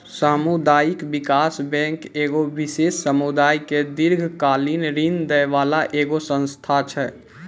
समुदायिक विकास बैंक एगो विशेष समुदाय के दीर्घकालिन ऋण दै बाला एगो संस्था छै